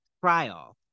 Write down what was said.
trial